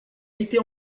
été